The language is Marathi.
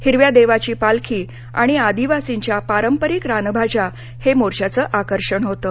हिरव्या देवाची पालखी आणि आदिवासींघ्या पारंपरिक रानभाज्या हे या मोर्चाचं आकर्षण होतं